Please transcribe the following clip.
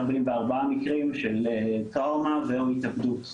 44 מקרים של טראומה ו/או התאבדות.